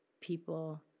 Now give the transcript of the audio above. people